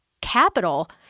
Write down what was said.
capital